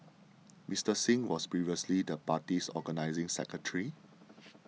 Mister Singh was previously the party's organising secretary